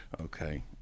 Okay